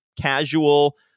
casual